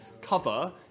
cover